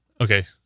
Okay